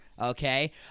okay